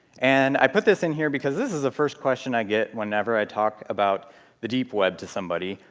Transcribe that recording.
and i put this in here because this is the first question i get whenever i talk about the deepweb to somebody.